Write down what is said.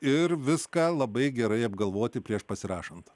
ir viską labai gerai apgalvoti prieš pasirašant